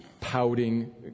pouting